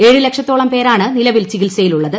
ഏഴ് ലക്ഷത്തോളം പേരാണ് നിലവിൽ ചികിത്സയിലുള്ളത്